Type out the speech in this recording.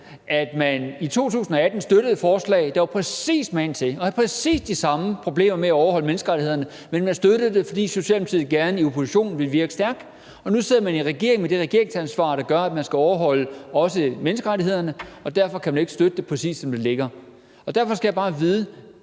at man i 2018 støttede et forslag, der var præcis magen til og havde præcis de samme problemer med at overholde menneskerettighederne, men at man støttede det, fordi Socialdemokratiet gerne i opposition ville virke stærkt, og nu sidder man i regering med det regeringsansvar, der gør, at man også skal overholde menneskerettighederne, og derfor kan man ikke støtte det præcist, som det ligger. Derfor skal jeg bare vide: